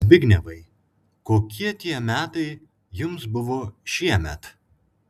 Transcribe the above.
zbignevai kokie tie metai jums buvo šiemet